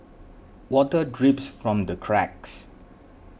water drips from the cracks